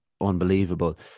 unbelievable